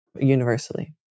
universally